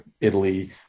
Italy